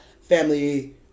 family